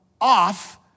off